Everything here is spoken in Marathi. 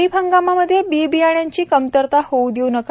खरीप हंगामामध्ये बी बियाणांची कमतरता होऊ देऊ नका